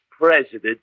president